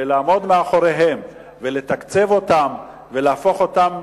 לעמוד מאחוריהם, לתקצב אותם ולהפוך אותם